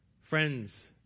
friends